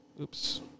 Oops